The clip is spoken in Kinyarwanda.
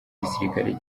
gisirikari